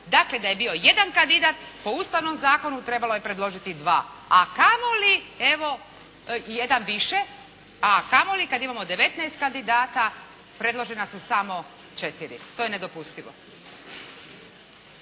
Dakle, da je bio jedan kandidat po Ustavnom zakonu trebalo je predložiti dva, a kamoli evo jedan više, a kamoli kad imamo 19 kandidata, predložena su samo 4. To je nedopustivo.